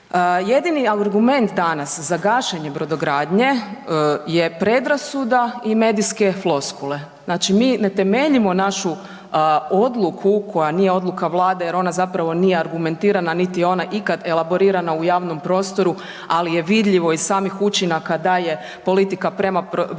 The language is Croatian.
Jedni argument danas za gašenje brodogradnje je pedrasuda i medijske floskule. Znači mi ne temeljim našu odluku koja nije odluka Vlade jer ona zapravo nije argumentirana niti je ona ikad elaborirana u javnom prostoru ali je vidljivo iz samih učinaka da je politika prema brodogradnji